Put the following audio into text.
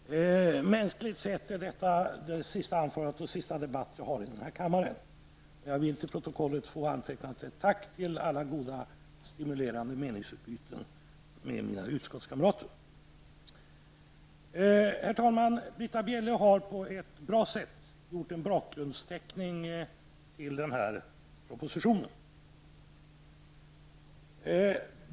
Herr talman! Mänskligt sett är detta det sista anförande jag har, och den sista debatt jag deltar i, i den här kammaren. Jag vill till protokollet få antecknat ett tack för alla goda och stimulerande meningsutbyten med mina utskottskamrater. Herr talman! Britta Bjelle har på ett bra sätt gjort en bakgrundsteckning till den här propositionen.